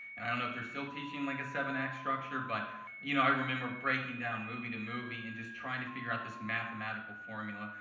and i don't know if they're still teaching like a seven-act structure, but you know i remember breaking down movie to movie and just trying to figure out this mathematical formula.